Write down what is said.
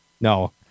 No